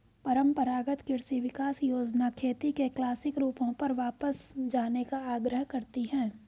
परम्परागत कृषि विकास योजना खेती के क्लासिक रूपों पर वापस जाने का आग्रह करती है